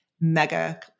mega